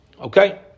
Okay